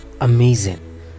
amazing